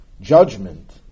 judgment